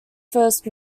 first